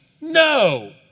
no